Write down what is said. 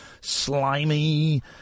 slimy